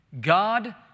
God